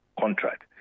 contract